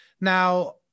Now